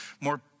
more